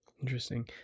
Interesting